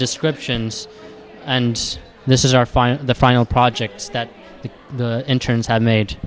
descriptions and this is our final the final projects that the interns are made